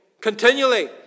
continually